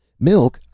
milk!